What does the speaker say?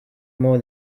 more